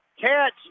catch